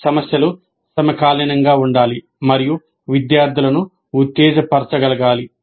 సమస్యలు సమకాలీనంగా ఉండాలి మరియు విద్యార్థులను ఉత్తేజపరచగలగాలి